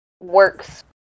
works